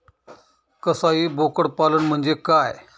कसाई बोकड पालन म्हणजे काय?